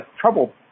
trouble